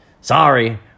Sorry